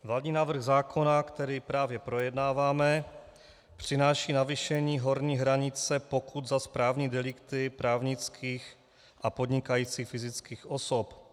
Vládní návrh zákona, který právě projednáváme, přináší navýšení horní hranice pokut za správní delikty právnických a podnikajících fyzických osob.